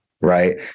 Right